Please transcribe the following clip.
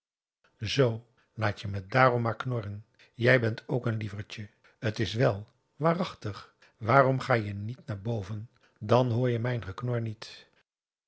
zoo laat je me dààrom maar knorren jij bent ook n lievertje t is wèl waarachtig waarom ga je niet naar boven dan hoor je mijn geknor niet